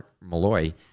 Malloy